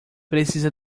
precisa